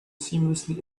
seamlessly